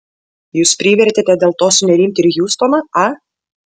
jūs privertėte dėl to sunerimti ir hjustoną a